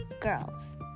girls